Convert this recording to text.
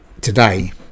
today